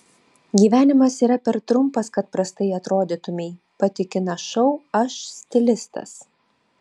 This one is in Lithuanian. gyvenimas yra per trumpas kad prastai atrodytumei patikina šou aš stilistas